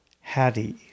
Hattie